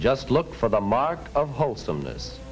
just look for the mark of wholesomeness